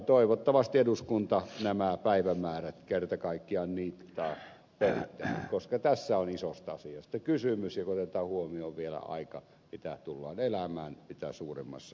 toivottavasti eduskunta nämä päivämäärät kerta kaikkiaan niittaa pöytään koska tässä on isoista asioista kysymys ja kun otetaan huomioon vielä aika mitä tullaan elämään mitä suurimmassa määrin